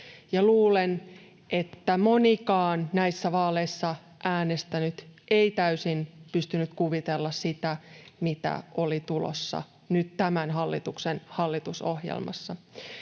Luulen, että monikaan näissä vaaleissa äänestänyt ei täysin pystynyt kuvittelemaan sitä, mitä oli tulossa nyt tämän hallituksen hallitusohjelmassa.